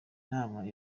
nama